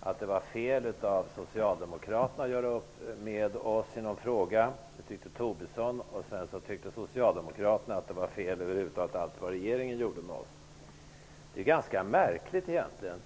att det var fel av Socialdemokraterna att göra upp med oss i någon fråga. Det tyckte Tobisson. Sedan tyckte Socialdemokraterna att det var fel över huvud taget allt vad regeringen gjorde tillsammans med oss. Det är ganska märkligt egentligen.